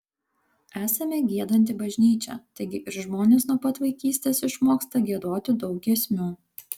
esame giedanti bažnyčia taigi ir žmonės nuo pat vaikystės išmoksta giedoti daug giesmių